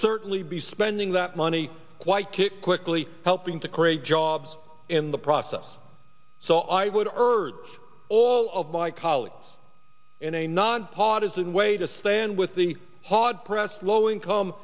certainly be spending that money quite kick quickly helping to create jobs in the process so i would urge all of my colleagues in a nonpartisan way to stand with the hard pressed low income